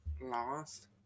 lost